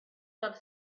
love